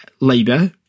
Labour